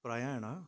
ಪ್ರಯಾಣ